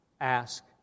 ask